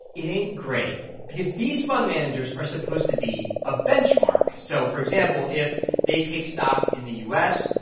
it ain't great because these fund managers are supposed to beat a benchmark. so for example, if they pick stocks in the u s,